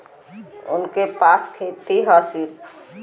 उनके पास खेती हैं सिर्फ